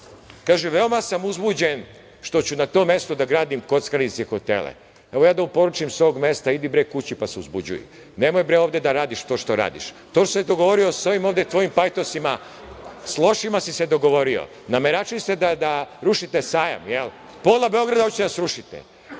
Kaže: „Veoma sam uzbuđen što ću na tom mestu da gradim kockarnice i hotele.“Evo, ja da mu poručim sa ovog mesta – idi, bre, kući pa se uzbuđuj, nemoj ovde da radiš to što radiš. To što si se dogovorio sa ovim ovde tvojim pajtosima, sa lošima si se dogovorio. Nameračili ste da rušite sajam. Pola Beograda hoćete da srušite.